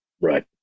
Right